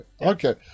okay